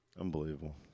Unbelievable